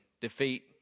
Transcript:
defeat